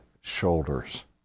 shoulders